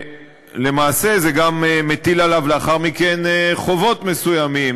ולמעשה זה גם מטיל עליו לאחר מכן חובות מסוימים.